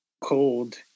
cold